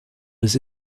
was